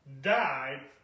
died